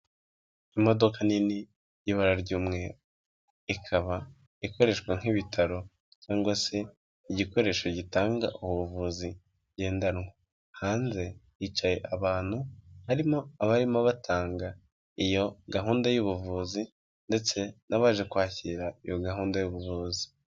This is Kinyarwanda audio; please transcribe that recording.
Imodoka nini y'ibara ry'umweru ikaba ikoreshwa nk'ibitaro cyangwa se igikoresho gitanga ubuvuzi ngendanwa hanze yicaye abantu harimo abamo batanga iyo gahunda y'ubuvuzi ndetse n'abaje kwakira iyo gahunda y'ubuvuzi.